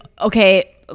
okay